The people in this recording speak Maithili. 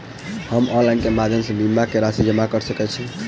हम ऑनलाइन केँ माध्यम सँ बीमा केँ राशि जमा कऽ सकैत छी?